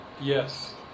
Yes